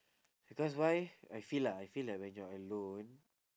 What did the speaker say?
because why I feel lah I feel like when you're alone